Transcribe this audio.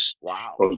Wow